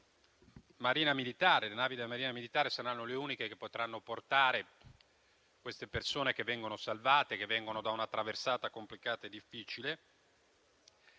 le navi della Marina militare saranno le uniche a poter portare le persone che vengono salvate da una traversata complicata e difficile.